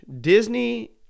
Disney